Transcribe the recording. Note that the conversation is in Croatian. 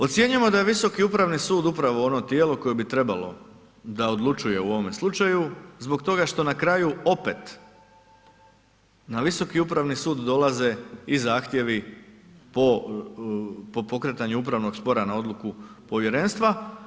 Ocjenjujemo da je Visoki upravi sud upravo ono tijelo koje bi trebalo da odlučuje u ovome slučaju, zbog toga što na kraju opet na Visoki upravni sud dolaze i zahtjevi po pokretanju upravnog spora na odluku povjerenstva.